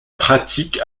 pratique